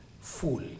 full